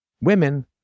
Women